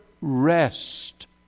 rest